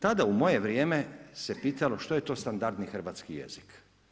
Tada u moje vrijeme se pitalo što je to standardni hrvatski jezik.